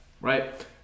right